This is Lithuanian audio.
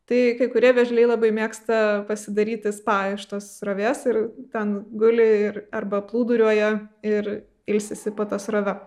tai kai kurie vėžliai labai mėgsta pasidaryti spa iš tos srovės ir ten guli ir arba plūduriuoja ir ilsisi po ta srove